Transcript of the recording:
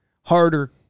harder